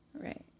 Right